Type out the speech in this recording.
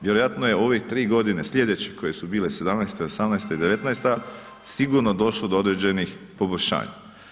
Vjerojatno je u ovih 3 godine slijedeće koje su bile '17., '18. i '19. sigurno došlo do određenih poboljšanja.